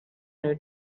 new